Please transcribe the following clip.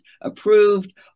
approved